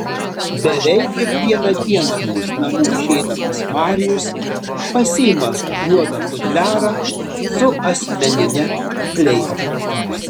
beveik kiekvieną dieną iš namų išeidamas marijus pasiima juodą futliarą su asmenine fleita